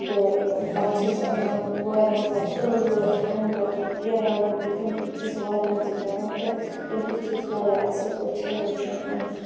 تہٕ پَتہٕ چھِ أسۍ انان وارِ منٛز پَتہٕ ٲلوٕ ہیمبہٕ کیاہ رَنو تہٕ تِم تہِ چھِ أسۍ وارِ مَنٛزی کَڑان تہٕ تِم تہِ چھِ أسۍ واریاہ اصٕل پٲٹھۍ چھلان چھۄکان